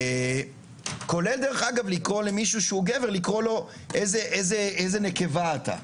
כולל, דרך אגב, לקרוא לגבר "איזה נקבה אתה"